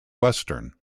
western